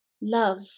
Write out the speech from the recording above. love